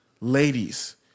Ladies